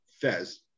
Fez